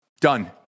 Done